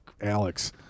Alex